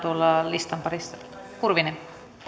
listan parissa